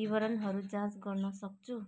विवरणहरू जाँच गर्न सक्छु